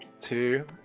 two